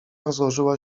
rozłożyła